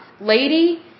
Lady